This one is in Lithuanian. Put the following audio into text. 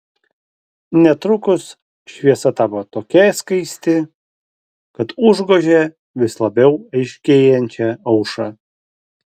netrukus šviesa tapo tokia skaisti kad užgožė vis labiau aiškėjančią aušrą